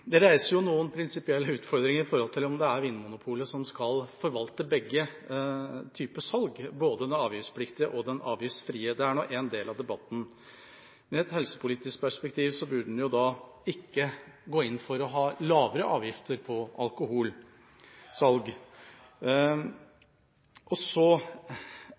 Det reiser noen prinsipielle spørsmål med hensyn til om det er Vinmonopolet som skal forvalte begge typer salg, både det avgiftspliktige og det avgiftsfrie. Det er nå en del av debatten. Men i et helsepolitisk perspektiv burde en jo ikke gå inn for å ha lavere avgifter på alkoholsalg. Så